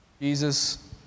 Jesus